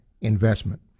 investment